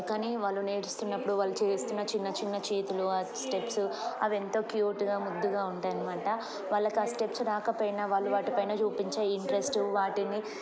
కానీ వాళ్ళు నేర్చుకున్నప్పుడు వాళ్ళు చేస్తున్న చిన్న చిన్న చేతులు ఆ స్టెప్స్ అవెంతో క్యూట్గా ముద్దుగా ఉంటాయనమాట వాళ్ళకి ఆ స్టెప్స్ రాకపోయినా వాళ్ళు వాటిపైన చూపించే ఇంట్రెస్ట్ వాటిని